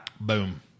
Boom